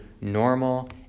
normal